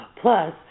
Plus